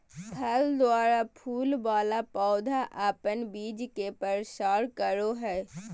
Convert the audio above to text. फल द्वारा फूल वाला पौधा अपन बीज के प्रसार करो हय